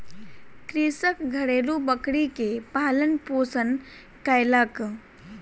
कृषक घरेलु बकरी के पालन पोषण कयलक